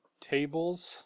tables